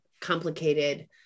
complicated